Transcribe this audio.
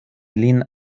lin